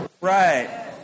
Right